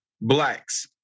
blacks